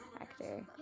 actor